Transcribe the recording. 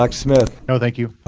like smith. no thank you.